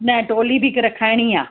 न टोली बि हिकु रखाइणी आहे